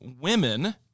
women